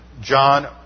John